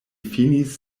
finis